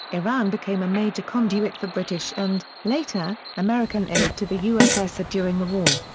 iran became a major conduit for british and, later, american aid to the ussr during the war.